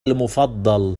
المفضل